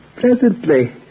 presently